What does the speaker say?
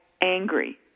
angry